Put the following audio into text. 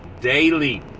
daily